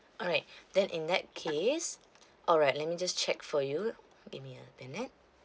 alright then in that case alright let me just check for you give me a minute